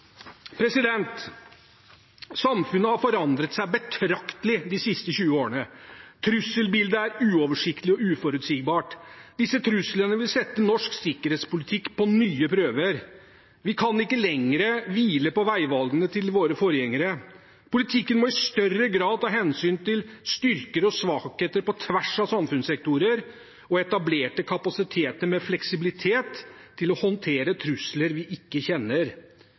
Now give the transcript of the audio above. Samfunnet har forandret seg betraktelig de siste 20 årene. Trusselbildet er uoversiktlig og uforutsigbart. Disse truslene vil sette norsk sikkerhetspolitikk på nye prøver. Vi kan ikke lenger hvile på veivalgene til våre forgjengere. Politikken må i større grad ta hensyn til styrker og svakheter på tvers av samfunnssektorer og etablerte kapasiteter med fleksibilitet til å håndtere trusler vi ikke kjenner.